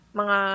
mga